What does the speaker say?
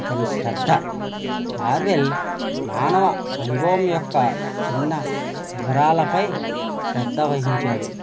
అతని శ్రద్ద ఆర్వెల్ మానవ అనుభవం యొక్క చిన్న వివరాలపై శ్రద్ధ వహించాడు